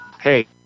hey